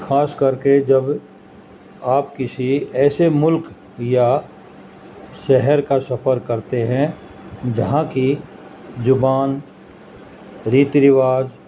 خاص کر کے جب آپ کسی ایسے ملک یا شہر کا سفر کرتے ہیں جہاں کی زبان ریتی رواج